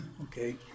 okay